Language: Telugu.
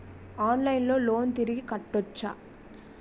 ఆన్లైన్లో లోన్ తిరిగి కట్టోచ్చా?